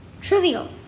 trivial